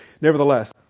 nevertheless